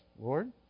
Lord